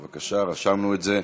בבקשה, רשמנו את זה.